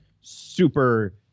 super